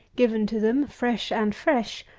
given to them, fresh and fresh,